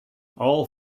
all